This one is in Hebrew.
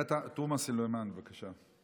עאידה תומא סלימאן, בבקשה.